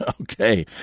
okay